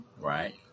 Right